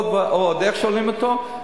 ועוד איך שואלים אותו,